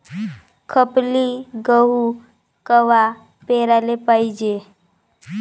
खपली गहू कवा पेराले पायजे?